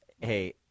Hey